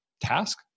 task